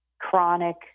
chronic